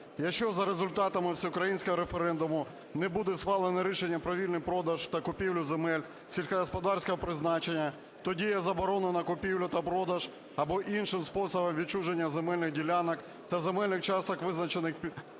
"Якщо за результатами всеукраїнського референдуму не буде схвалено рішення про вільний продаж та купівлю земель сільськогосподарського призначення, то дія заборони на купівлю та продаж або іншим способом відчуження земельних ділянок та земельних часток, визначених підпунктами